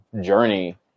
journey